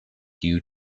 due